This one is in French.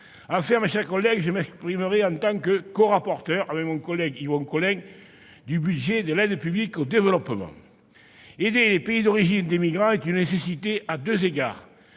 Enfin, mes chers collègues, je m'exprimerai en tant que corapporteur, avec Yvon Collin, du budget de l'aide publique au développement. Aider les pays d'origine des migrants est une nécessité à deux égards